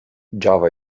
java